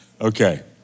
Okay